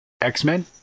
X-Men